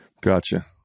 Gotcha